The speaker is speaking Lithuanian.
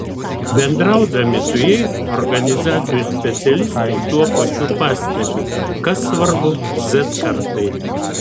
bendraudami su jais organizacijų specialistai tuo pačiu pastebi kas svarbu z kartai